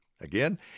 Again